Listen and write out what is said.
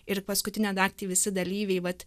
ir paskutinę naktį visi dalyviai vat